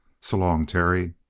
s'long, terry!